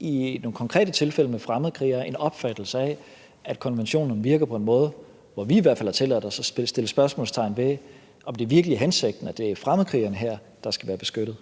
i nogle konkrete tilfælde med fremmedkrigere er stødt på en opfattelse af, at konventionen virker på en måde, hvor vi i hvert fald har tilladt os at sætte spørgsmålstegn ved, om det virkelig er hensigten, at det er fremmedkrigerne, der her skal være beskyttet.